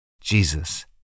Jesus